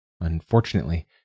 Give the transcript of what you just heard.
Unfortunately